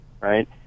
right